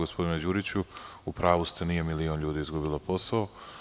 Gospodine Đuriću, u pravu ste, nije milion ljudi izgubilo posao.